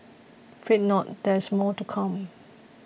fret not there is more to come